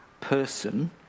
person